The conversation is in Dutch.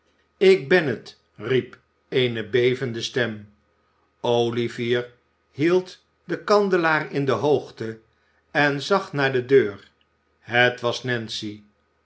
ik ben het riep eene bevende stem olivier hield den kandelaar in de hoogte en zag naar de deur het was narwy